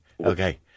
okay